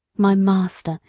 my master,